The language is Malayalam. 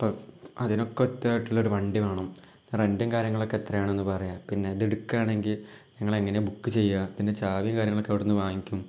അപ്പോൾ അതിനൊക്കെ ഒത്തതായിട്ടുള്ള ഒരു വണ്ടി വേണം റെൻ്റും കാര്യങ്ങളും ഒക്കെ എത്രയാണെന്ന് പറയുക പിന്നെ ഇത് എടുക്കാനാണെങ്കിൽ ഞങ്ങൾ എങ്ങനെയാണ് ബുക്ക് ചെയ്യുക ഇതിൻ്റെ ചാവിയും കാര്യങ്ങളുമൊക്കെ എവിടെ നിന്ന് വാങ്ങിക്കും